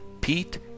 Pete